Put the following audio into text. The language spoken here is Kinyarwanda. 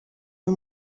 uyu